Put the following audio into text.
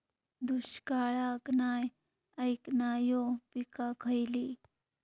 दुष्काळाक नाय ऐकणार्यो पीका खयली?